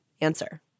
answer